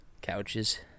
Couches